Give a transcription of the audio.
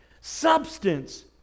Substance